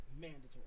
mandatory